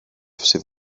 sydd